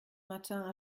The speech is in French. matin